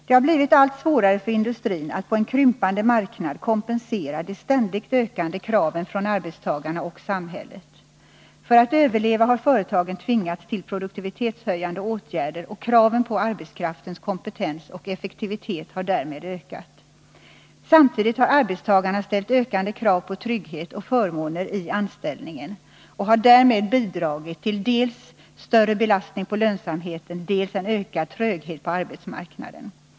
Det har blivit allt svårare för industrin att på en krympande marknad kompensera de ständigt ökande kraven från arbetstagarna och samhället. För att överleva har företagen tvingats till produktivitetshöjande åtgärder, och kraven på arbetskraftens kompetens och effektivitet har ökat. Samtidigt har arbetstagarna ställt ökande krav på trygghet och förmåner i anställningen och har därmed bidragit till dels en större belastning på lönsamheten, dels en ökad tröghet på arbetsmarknaden.